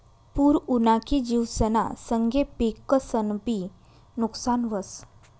पूर उना की जिवसना संगे पिकंसनंबी नुकसान व्हस